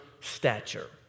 stature